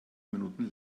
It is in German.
minuten